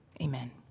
Amen